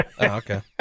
Okay